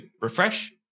refresh